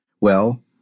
well